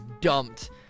dumped